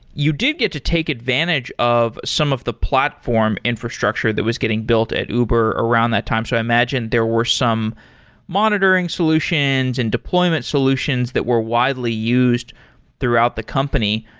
you did get to take advantage of some of the platform infrastructure that was getting built at uber around that time. so i imagine there were some monitoring solutions and deployment solutions that were widely used throughout the company.